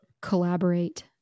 collaborate